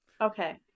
Okay